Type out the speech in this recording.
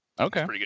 Okay